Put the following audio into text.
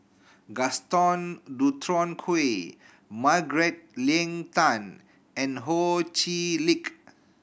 Gaston Dutronquoy Margaret Leng Tan and Ho Chee Lick